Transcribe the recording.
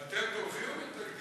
אתם תומכים או מתנגדים?